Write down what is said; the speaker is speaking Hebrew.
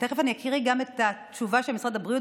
ותכף אני אקריא גם את התשובה של משרד הבריאות